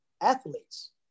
Athletes